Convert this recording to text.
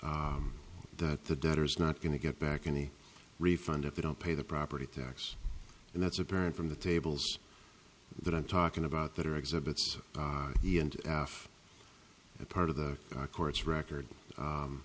that the debtors not going to get back any refund if they don't pay the property tax and that's apparent from the tables that i'm talking about that are exhibits he and if a part of the court's record